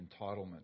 entitlement